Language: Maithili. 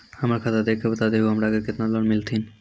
हमरा खाता देख के बता देहु के हमरा के केतना लोन मिलथिन?